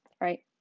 Right